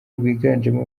rwiganjemo